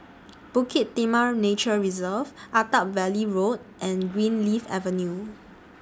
Bukit Timah Nature Reserve Attap Valley Road and Greenleaf Avenue